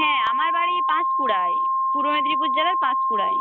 হ্যাঁ আমার বাড়ি পাঁশকুড়ায় পূর্ব মেদিনীপুর জেলার পাঁশকুড়ায়